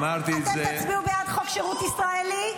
אתם תצביעו בעד חוק שירות ישראלי?